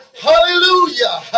hallelujah